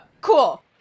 Cool